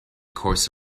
course